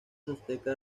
azteca